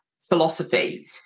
philosophy